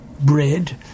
bread